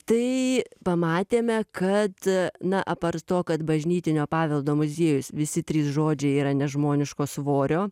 tai pamatėme kad na apart to kad bažnytinio paveldo muziejus visi trys žodžiai yra nežmoniško svorio